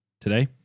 today